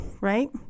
right